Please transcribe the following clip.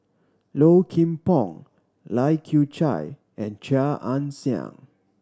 Low Kim Pong Lai Kew Chai and Chia Ann Siang